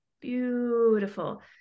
Beautiful